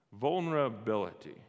Vulnerability